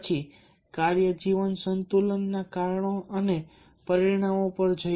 પછી કાર્ય જીવન સંતુલનના કારણો અને પરિણામો પર જશે